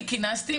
אני כינסתי,